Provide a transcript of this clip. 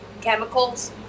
chemicals